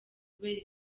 kubera